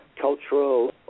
cultural